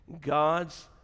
God's